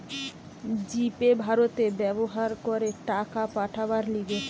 জি pay ভারতে ব্যবহার করে টাকা পাঠাবার লিগে